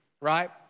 right